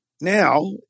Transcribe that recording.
Now